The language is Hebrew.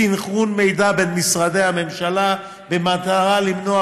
סנכרון מידע בין משרדי הממשלה במטרה למנוע